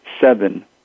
seven